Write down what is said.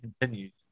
continues